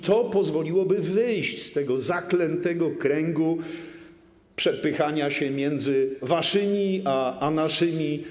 To pozwoliłoby wyjść z tego zaklętego kręgu przepychania się między waszymi a naszymi.